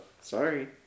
Sorry